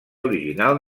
original